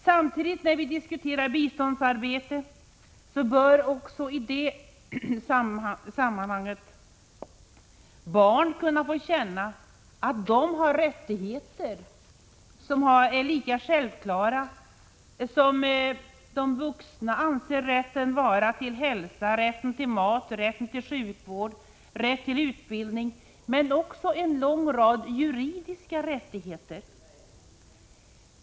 Samtidigt som vi diskuterar biståndsarbetet bör vi låta barnen få känna att de har rättigheter som är lika självklara som de vuxna anser rätten till hälsa, mat, sjukvård, utbildning och en lång rad juridiska rättigheter vara.